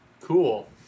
Cool